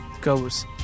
goes